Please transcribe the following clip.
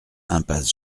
impasse